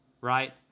right